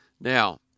Now